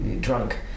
drunk